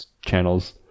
channels